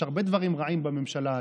יש הרבה דברים רבים בממשלה הזאת,